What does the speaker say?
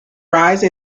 rise